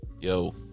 yo